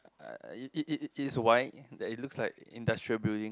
it it it is white that it looks like industrial building